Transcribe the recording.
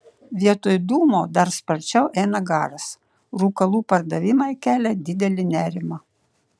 vietoj dūmo dar sparčiau eina garas rūkalų pardavimai kelia didelį nerimą